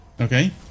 Okay